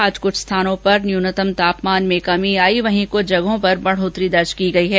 आज कुछ स्थानों पर तापमान में कमी आई है वहीं कुछ जगहों पर बढ़ोतरी दर्ज की गई है